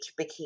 bikini